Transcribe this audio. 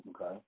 okay